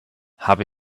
habe